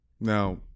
Now